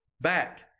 back